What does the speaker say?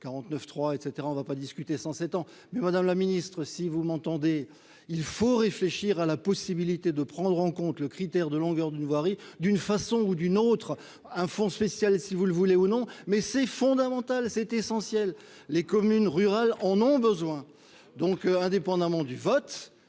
49 3 et on va pas discuter sans ans mais, Madame la Ministre, si vous m'entendez, il faut réfléchir à la possibilité de prendre en compte le critère de longueur d'une voirie d'une façon ou d'une autre un fonds spécial, si vous le voulez ou non mais c'est fondamental, c'est essentiel, les communes rurales en ont besoin, donc, indépendamment du vote